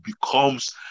becomes